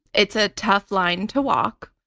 it's a tough line to walk,